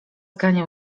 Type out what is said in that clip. ganiał